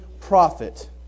prophet